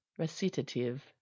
recitative